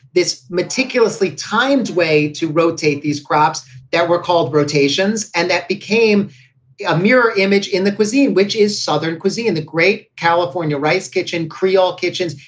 this meticulously timed way to rotate these crops that were called rotations. and that became a mirror image in the cuisine, which is southern cuisine, the great california rice kitchen, creole kitchens.